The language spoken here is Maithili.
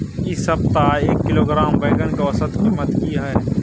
इ सप्ताह एक किलोग्राम बैंगन के औसत कीमत की हय?